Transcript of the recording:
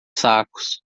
sacos